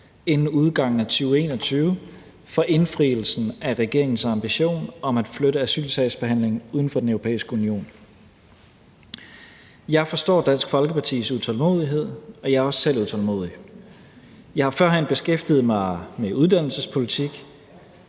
inden udgangen af 2021 for indfrielsen af regeringens ambition om at flytte asylsagsbehandlingen uden for Den Europæiske Union. Jeg forstår Dansk Folkepartis utålmodighed, og jeg er også selv utålmodig. Jeg har førhen beskæftiget mig med uddannelsespolitik.